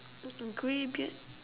with a grey beard